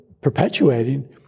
perpetuating